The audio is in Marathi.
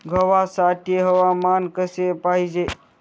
गव्हासाठी हवामान कसे पाहिजे?